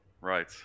right